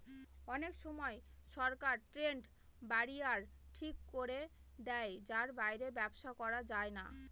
অনেক সময় সরকার ট্রেড ব্যারিয়ার ঠিক করে দেয় যার বাইরে ব্যবসা করা যায় না